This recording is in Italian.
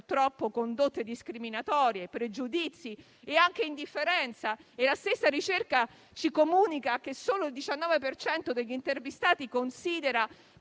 purtroppo condotte discriminatorie, pregiudizi e anche indifferenza. La stessa ricerca ci comunica che solo il 19 per cento degli intervistati considera